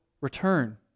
return